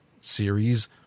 series